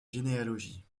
généalogie